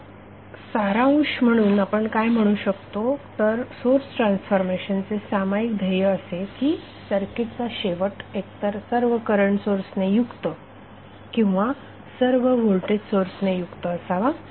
आता सारांश म्हणून आपण काय म्हणू शकतो तर सोर्स ट्रान्सफॉर्मेशनचे सामायिक ध्येय असे की सर्किटचा शेवट एकतर सर्व करंट सोर्सेसने युक्त किंवा सर्व व्होल्टेज सोर्सेसने युक्त करावा